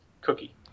cookie